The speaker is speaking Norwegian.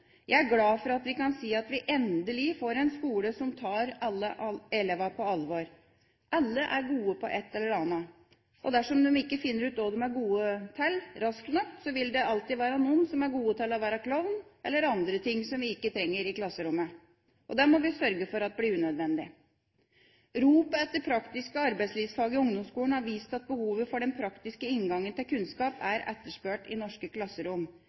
Jeg er glad for at vi kan si at vi endelig får en skole som tar alle elevene på alvor. Alle er gode på ett eller annet, og dersom de ikke finner ut hva de er gode til – raskt nok – vil det alltid være noen som er gode til å være klovn eller andre ting som vi ikke trenger i klasserommet. Og det må vi sørge for at blir unødvendig! Ropet etter praktiske arbeidslivsfag i ungdomsskolen har vist at behovet for den praktiske inngangen til kunnskap er etterspurt i norske klasserom.